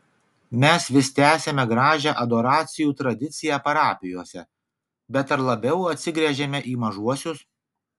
mes vis tęsiame gražią adoracijų tradiciją parapijose bet ar labiau atsigręžiame į mažuosius